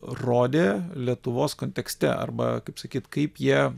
rodė lietuvos kontekste arba kaip sakyt kaip jie